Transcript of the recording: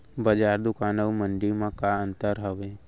बजार, दुकान अऊ मंडी मा का अंतर हावे?